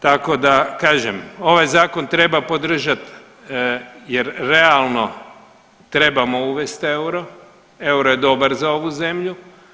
Tako da kažem ovaj zakon treba podržati jer realno trebamo uvesti euro, euro je dobar za ovu zemlju.